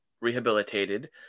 rehabilitated